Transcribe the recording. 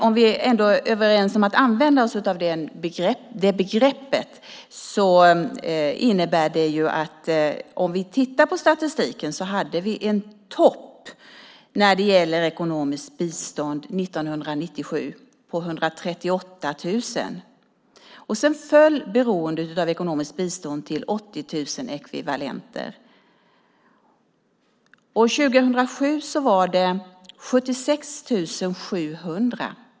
Om vi ändå är överens om att använda oss av det begreppet innebär det om vi tittar på statistiken att vi hade en topp för ekonomiskt bistånd år 1997 på 138 000. Sedan föll beroendet av ekonomiskt bistånd till 80 000 ekvivalenter. År 2007 var det 76 700.